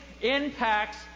impacts